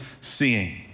seeing